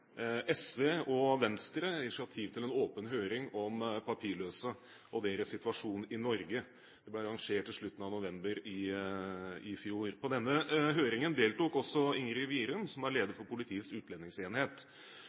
SV og Venstre initiativ til en åpen høring om papirløse og deres situasjon i Norge. Den ble arrangert i slutten av november i fjor. På denne høringen deltok også Ingrid Wirum, som er